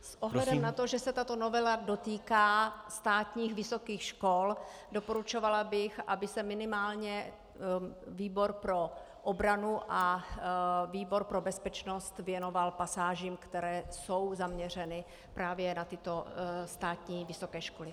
S ohledem na to, že se tato novela dotýká státních vysokých škol, doporučovala bych, aby se minimálně výbor pro obranu a výbor pro bezpečnost věnoval pasážím, které jsou zaměřeny právě na tyto státní vysoké školy.